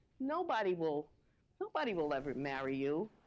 nobody will nobody will ever marry you.